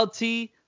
LT